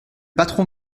patron